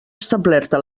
establerta